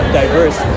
diverse